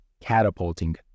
catapulting